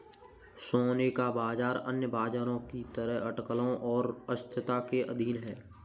सोने का बाजार अन्य बाजारों की तरह अटकलों और अस्थिरता के अधीन है